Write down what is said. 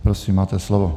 Prosím, máte slovo.